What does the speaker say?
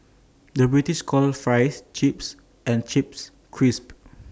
the British calls Fries Chips and Chips Crisps